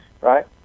right